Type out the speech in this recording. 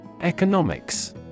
Economics